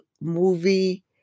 movie